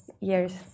years